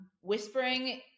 Whispering